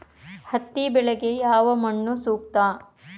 ಹತ್ತಿ ಬೆಳೆಗೆ ಯಾವ ಮಣ್ಣು ಸೂಕ್ತ?